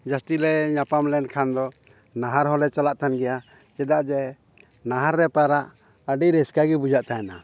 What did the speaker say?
ᱡᱟᱹᱥᱛᱤᱞᱮ ᱧᱟᱯᱟᱢ ᱞᱮᱱᱠᱷᱟᱱ ᱫᱚ ᱱᱟᱦᱟᱨ ᱦᱚᱸᱞᱮ ᱪᱟᱞᱟᱜ ᱠᱟᱱ ᱜᱮᱭᱟ ᱪᱮᱫᱟᱜ ᱡᱮ ᱱᱟᱦᱟᱨ ᱨᱮ ᱯᱟᱨᱟᱜ ᱟᱹᱰᱤ ᱨᱟᱹᱥᱠᱟᱹᱜᱮ ᱵᱩᱡᱷᱟᱹᱜ ᱛᱟᱦᱮᱱᱟ